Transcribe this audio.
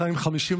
250,